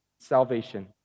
Salvation